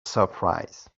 surprise